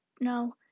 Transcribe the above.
No